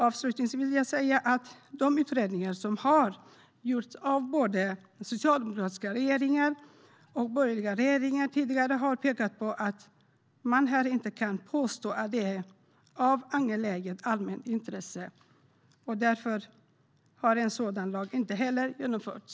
Avslutningsvis vill jag säga att de utredningar som har gjorts av både socialdemokratiska regeringar och borgerliga regeringar tidigare har pekat på att man inte kan påstå att det är av angeläget allmänt intresse, och därför har en sådan lag inte heller genomförts.